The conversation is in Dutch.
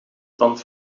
tand